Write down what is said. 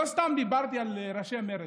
לא סתם דיברתי על ראשי מרצ.